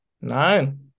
Nine